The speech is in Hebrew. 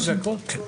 שלוש דקות?